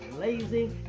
lazy